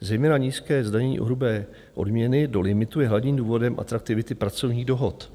Zejména nízké zdanění hrubé odměny do limitu je hlavním důvodem atraktivity pracovních dohod.